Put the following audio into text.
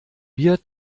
wir